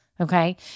okay